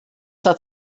hat